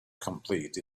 completely